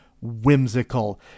whimsical